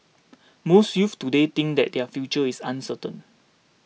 most youths today think that their future is uncertain